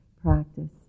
practice